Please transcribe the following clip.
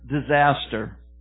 disaster